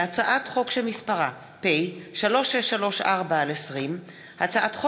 הצעת חוק התקשורת (בזק ושידורים) (תיקון,